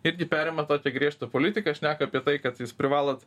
irgi perima tokią griežtą politiką šneka apie tai kad jūs privalot